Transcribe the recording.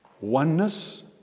Oneness